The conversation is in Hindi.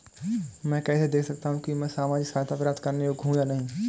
मैं कैसे देख सकता हूं कि मैं सामाजिक सहायता प्राप्त करने योग्य हूं या नहीं?